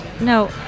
no